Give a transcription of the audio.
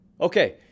Okay